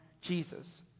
Jesus